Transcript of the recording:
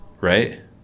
Right